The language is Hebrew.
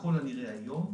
ככל הנראה היום,